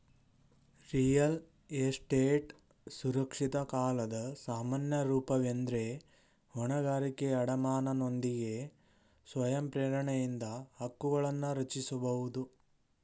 real estate ಸುರಕ್ಷಿತ ಕಾಲದ ಸಾಮಾನ್ಯ ರೂಪವೆಂದ್ರೆ ಹೊಣೆಗಾರಿಕೆ ಅಡಮಾನನೊಂದಿಗೆ ಸ್ವಯಂ ಪ್ರೇರಣೆಯಿಂದ ಹಕ್ಕುಗಳನ್ನರಚಿಸಬಹುದು